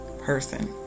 person